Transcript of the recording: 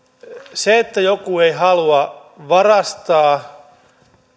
se että joku ei halua varastaa